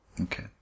Okay